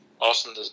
awesome